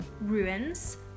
Ruins